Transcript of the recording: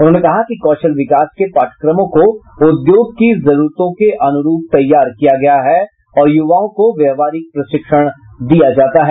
उन्होंने कहा कि कौशल विकास के पाठ्यक्रमों को उद्योग की जरुरतों के अनुरूप तैयार किया गया है और युवाओं को व्यावहारिक प्रशिक्षण दिया जाता है